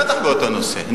בטח באותו נושא.